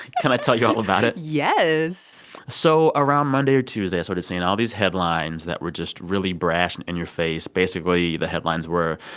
can i tell you all about it? yes so around monday or tuesday, i started sort of seeing all these headlines that were just really brash and in your face. basically, the headlines were,